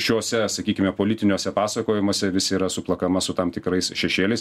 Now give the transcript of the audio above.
šiose sakykime politiniuose pasakojimuose vis yra suplakama su tam tikrais šešėliais